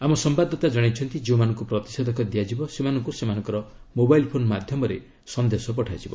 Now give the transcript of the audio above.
ଆମ ସମ୍ଭାଦଦାତା କଶାଇଛନ୍ତି ଯେଉଁମାନଙ୍କୁ ପ୍ରତିଷେଧକ ଦିଆଯିବ ସେମାନଙ୍କୁ ସେମାନଙ୍କର ମୋବାଇଲ୍ ଫୋନ୍ ମାଧ୍ୟମରେ ସନ୍ଦେଶ ପଠାଯିବ